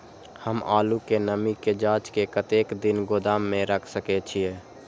हम आलू के नमी के जाँच के कतेक दिन गोदाम में रख सके छीए?